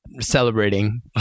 Celebrating